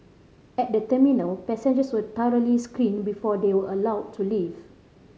at the terminal passengers were thoroughly screened before they were allowed to leave